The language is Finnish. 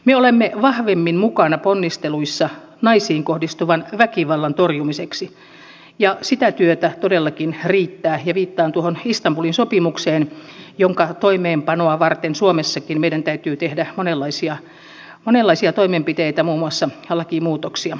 me olemme vahvemmin mukana ponnisteluissa naisiin kohdistuvan väkivallan torjumiseksi ja sitä työtä todellakin riittää viittaan istanbulin sopimukseen jonka toimeenpanoa varten meidän suomessakin täytyy tehdä monenlaisia toimenpiteitä muun muassa lakimuutoksia